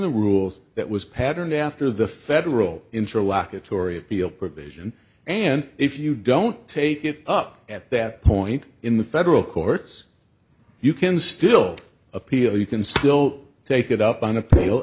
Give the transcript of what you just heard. the rules that was patterned after the federal interlock atory appeal provision and if you don't take it up at that point in the federal courts you can still appeal you can still take it up on